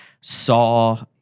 saw